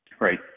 right